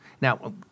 Now